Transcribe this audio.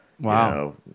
wow